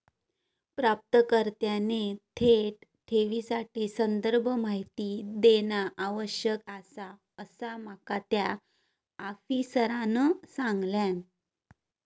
प्राप्तकर्त्याने थेट ठेवीसाठी संदर्भ माहिती देणा आवश्यक आसा, असा माका त्या आफिसरांनं सांगल्यान